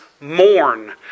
mourn